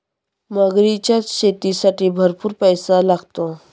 मगरीच्या शेतीसाठीही भरपूर पैसा लागतो